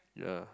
ya